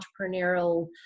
entrepreneurial